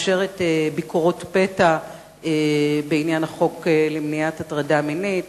מאפשרת ביקורות פתע בעניין החוק למניעת הטרדה מינית,